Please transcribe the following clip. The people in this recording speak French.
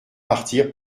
partir